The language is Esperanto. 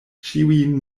ĉiujn